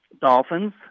Dolphins